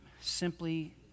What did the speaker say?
simply